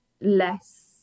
less